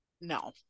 no